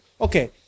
okay